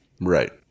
Right